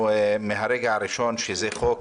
מהרגע הראשון אמרנו שזה חוק